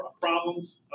problems